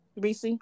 Reese